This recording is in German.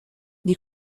die